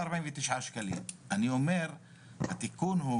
אני אומר שהתיקון הוא